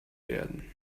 werden